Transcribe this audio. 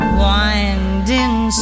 winding